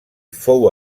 fou